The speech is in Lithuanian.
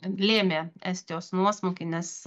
lėmė estijos nuosmukį nes